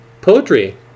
poetry